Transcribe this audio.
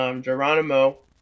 Geronimo